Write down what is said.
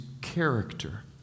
character